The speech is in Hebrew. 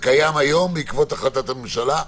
זה קיים היום בעקבות החלטת הממשלה,